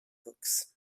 books